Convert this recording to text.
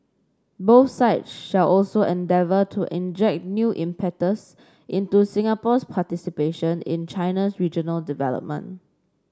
both sides shall also endeavour to inject new impetus into Singapore's participation in China's regional development